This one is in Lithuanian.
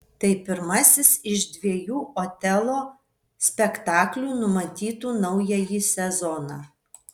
tai pirmasis iš dviejų otelo spektaklių numatytų naująjį sezoną